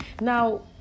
Now